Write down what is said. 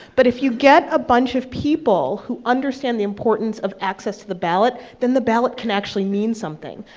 but if you get a bunch of people who understand the importance of access to the ballot, then the ballot can actually mean something.